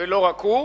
ולא רק הוא,